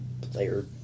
player